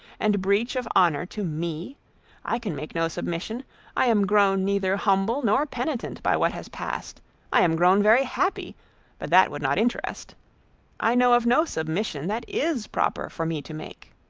and breach of honour to me i can make no submission i am grown neither humble nor penitent by what has passed i am grown very happy but that would not interest i know of no submission that is proper for me to make.